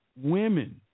women